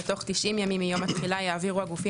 בתוך 90 ימים מיום התחילה יעבירו הגופים